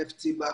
חפציבה,